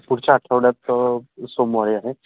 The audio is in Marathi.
पुढच्या आठवड्यात सोमवारीे आहे